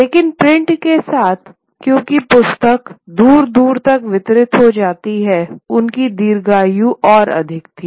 लेकिन प्रिंट के साथ क्योंकि पुस्तक दूर दूर तक वितरित हो जाती है उनकी दीर्घायु और अधिक थी